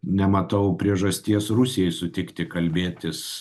nematau priežasties rusijai sutikti kalbėtis